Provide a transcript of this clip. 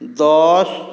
दस